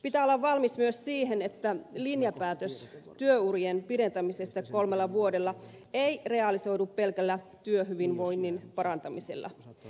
pitää olla valmis myös siihen että linjapäätös työurien pidentämisestä kolmella vuodella ei realisoidu pelkällä työhyvinvoinnin parantamisella